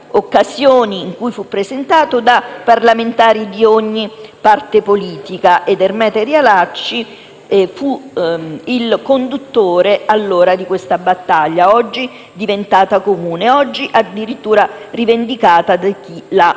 occasioni in cui fu presentato, da parlamentari di ogni parte politica ed Ermete Realacci fu il conduttore, allora, di questa battaglia, oggi diventata comune e addirittura rivendicata da chi la